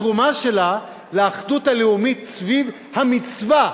התרומה שלה לאחדות הלאומית סביב המצווה,